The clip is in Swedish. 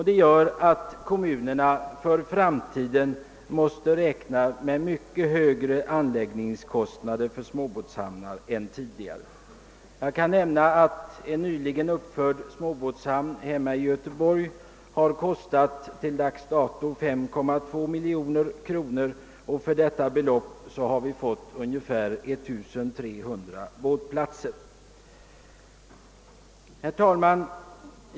Det gör att kommunerna för framtiden måste räkna med mycket högre anläggningskostnader för småbåtshamnar än tidigare. Jag kan nämna att en nyligen uppförd småbåtshamn i min hemstad Göteborg till dags dato har kostat 5,2 miljoner kronor. För detta belopp har vi fått ungefär 1 300 båtplatser. Herr talman!